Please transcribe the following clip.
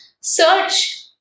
search